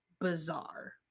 bizarre